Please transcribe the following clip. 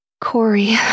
Corey